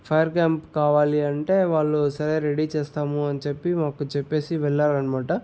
fire camp కావాలి అంటే వాళ్ళు సరే రెడీ చేస్తాము అని చెప్పి మాకు చెప్పేసి వెళ్ళారనమాట